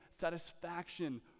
satisfaction